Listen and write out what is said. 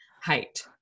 height